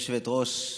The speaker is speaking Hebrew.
גברתי היושבת-ראש,